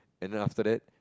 and then after that